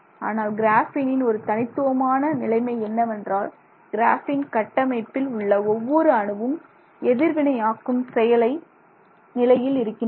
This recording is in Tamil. ஆனால் கிராஃபீனின் ஒரு தனித்துவமான நிலைமை என்னவென்றால் கிராஃபீன் கட்டமைப்பில் உள்ள ஒவ்வொரு அணுவும் எதிர்வினையாற்றும் நிலையில் இருக்கின்றன